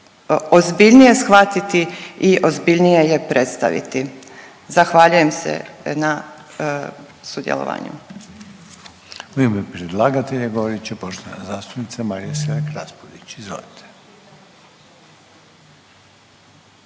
ozbiljnije shvatiti i ozbiljnije je predstaviti. Zahvaljujem se na sudjelovanju. **Reiner, Željko (HDZ)** U ime predlagatelja govorit će poštovana zastupnica Marija Selak Raspudić. Izvolite.